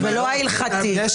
ולא ההלכתי,